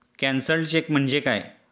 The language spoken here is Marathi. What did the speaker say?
कॅन्सल्ड चेक म्हणजे काय?